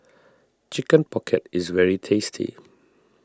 Chicken Pocket is very tasty